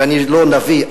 ואני לא נביא,